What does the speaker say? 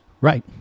Right